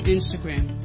Instagram